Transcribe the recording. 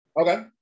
Okay